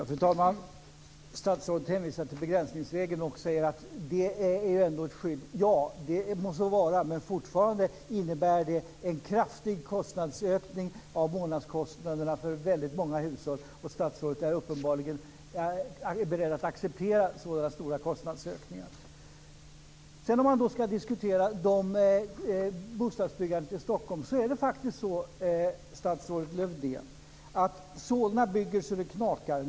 Fru talman! Statsrådet hänvisar till begränsningsregeln och säger att den ändå är ett skydd. Det må så vara, men fortfarande innebär det en kraftig ökning av månadskostnaderna för väldigt många hushåll. Statsrådet är uppenbarligen beredd att acceptera sådana stora kostnadsökningar. Om vi ska diskutera bostadsbyggandet i Stockholm vill jag säga att det faktiskt är så, statsrådet Lövdén, att Solna bygger så det knakar.